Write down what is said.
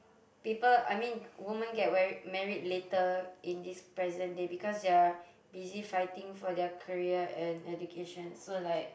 people I mean woman get very married later in this present day because they are busy fighting for their career and education so like